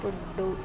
food